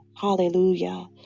Hallelujah